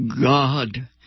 God